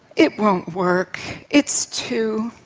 it won't work. it's too,